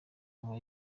aba